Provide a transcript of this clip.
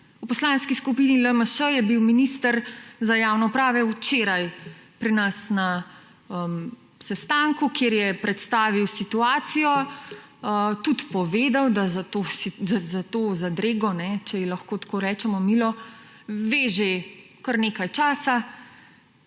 V Poslanski skupini LMŠ je bil minister za javno upravo včeraj pri nas na sestanku, kjer je predstavil situacijo, tudi povedal, da za to zadrego, če ji lahko tako milo rečemo, ve že kar nekaj časa